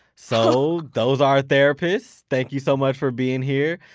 so those are therapists. thank you so much for being here.